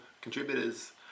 Contributors